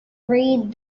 read